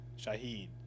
Shahid